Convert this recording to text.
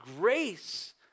grace